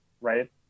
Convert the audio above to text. right